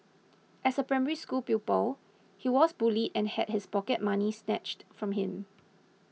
as a Primary School pupil he was bullied and had his pocket money snatched from him